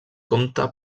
comte